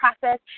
process